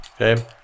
okay